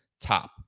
top